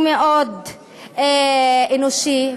הוא מאוד אנושי.